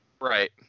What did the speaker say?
Right